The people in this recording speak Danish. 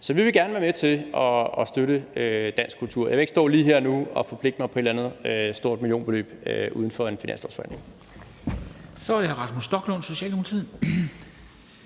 Så vi vil gerne være med til at støtte dansk kultur. Jeg vil ikke stå her og nu og forpligte mig på et eller andet stort millionbeløb uden for en finanslovsforhandling.